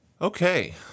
Okay